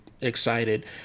excited